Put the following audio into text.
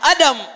Adam